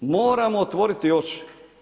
Moramo otvoriti oči.